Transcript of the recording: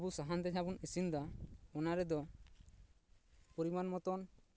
ᱟᱵᱚ ᱥᱟᱦᱟᱱ ᱛᱮ ᱡᱟᱦᱟᱸ ᱵᱩᱱ ᱤᱥᱤᱱ ᱮᱫᱟ ᱚᱱᱟ ᱨᱮᱫᱚ ᱯᱚᱨᱤᱢᱟᱱ ᱢᱚᱛᱚ